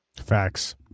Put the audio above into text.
Facts